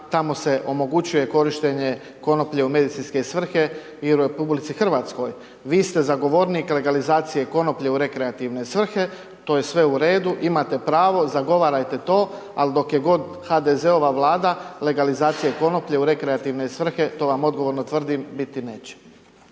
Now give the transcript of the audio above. tamo se omogućuje korištenje konoplje u medicinske svrhe i u RH. Vi ste zagovornik legalizacije konoplje u rekreativne svrhe, to je sve u redu, imate pravo, zagovarajte to, ali dok je god HDZ-ova Vlada, legalizacije konoplje u rekreativne svrhe, to vam odgovorno tvrdim, biti neće.